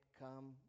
come